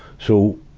so,